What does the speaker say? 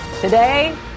Today